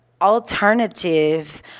alternative